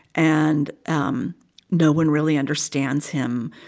and um no one really understands him,